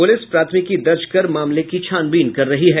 police प्राथमिकी दर्ज कर मामले की छानबीन कर रही है